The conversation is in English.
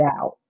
out